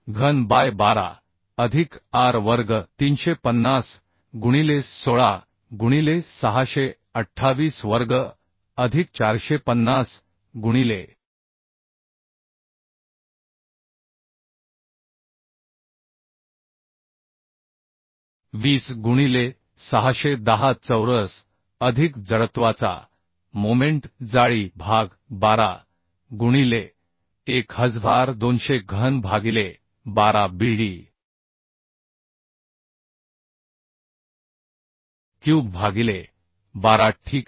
घन बाय 12 अधिक Ar वर्ग 350 गुणिले 16 गुणिले 628 वर्ग अधिक 450 गुणिले 20 गुणिले 610 चौरस अधिक जडत्वाचा मोमेंट जाळी भाग 12 गुणिले 1200 घन भागिले 12 Bd क्यूब भागिले 12 ठीक आहे